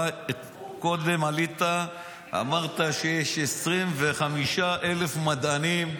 אתה קודם עלית, אמרת שיש 25,000 מדענים,